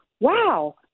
wow